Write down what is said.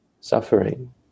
suffering